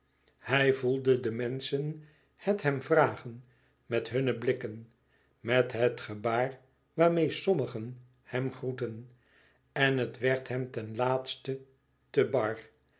hij voelde die menschen het hem vragen met hunne blikken met het gebaar waarmeê sommigen hem groetten en het werd hem ten laatste te bar